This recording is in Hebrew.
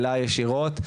אליי ישירות,